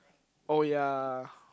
oh ya